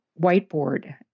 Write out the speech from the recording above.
whiteboard